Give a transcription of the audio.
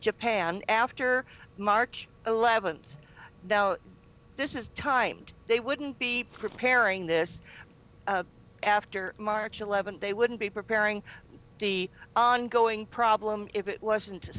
japan after march eleventh now this is timed they wouldn't be preparing this after march eleventh they wouldn't be preparing the ongoing problem if it wasn't